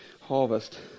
harvest